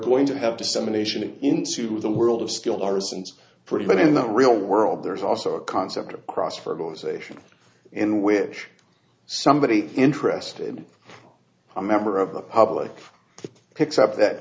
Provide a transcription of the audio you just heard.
going to have dissemination it into the world of skill arsons pretty but in the real world there's also a concept of cross fertilization in which somebody interested in a member of the public picks up that